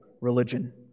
religion